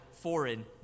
foreign